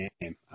name